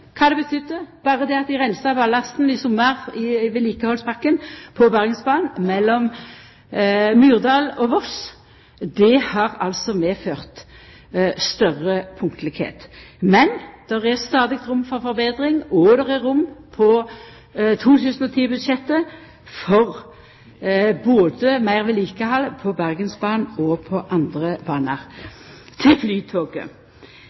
kva det betydde berre det at dei reinsa ballasten i sommar i vedlikehaldspakken på Bergensbanen mellom Myrdal og Voss. Det har altså medført større punktlegheit, men det er stadig rom for betring, og det er rom på 2010-budsjettet for både meir vedlikehald på Bergensbanen og på andre banar. Så til Flytoget. Det er ikkje slik at Flytoget